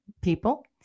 people